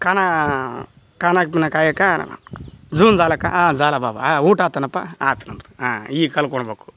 ಖಾನಾ ಖಾನಾ ಪೀನಾ ಕಾಯಾ ಕಾ ಜೂನ್ ಜಾಲಾಕ ಹಾಂ ಝಾಲ ಬಾಬಾ ಊಟ ಆಯ್ತೆನಪ್ಪ ಆಯ್ತು ನನ್ನದು ಹೀಗ್ ಕಲ್ತ್ಕೊಳ್ಬಕು